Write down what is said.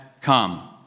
come